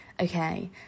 Okay